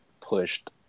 pushed